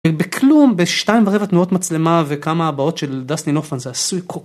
בכלום בשתיים ורבע תנועות מצלמה וכמה הבאות של דסני נופן זה עשוי כל כך...